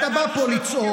אתה בא פה לצעוק.